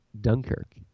Dunkirk